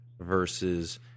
versus